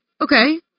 Okay